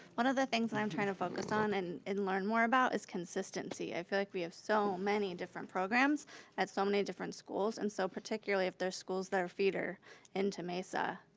one of the things i'm trying to focus on and and learn more about is consistency. i feel like we have so many different programs at so many different schools and so, particularly if they're schools that are feeder into mesa,